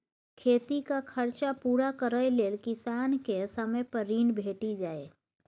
खेतीक खरचा पुरा करय लेल किसान केँ समय पर ऋण भेटि जाइए